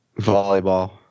Volleyball